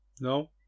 No